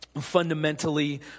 fundamentally